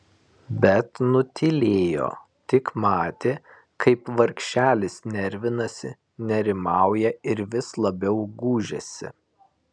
bet nutylėjo tik matė kaip vargšelis nervinasi nerimauja ir vis labiau gūžiasi